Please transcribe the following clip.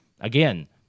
again